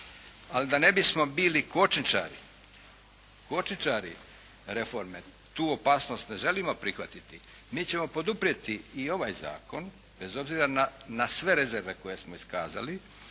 Ali da ne bismo bili kočničari reforme tu opasnost ne želimo prihvatiti. Mi ćemo poduprijeti i ovaj zakon bez obzira na sve rezerve koje smo iskazali.